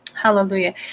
Hallelujah